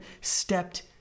stepped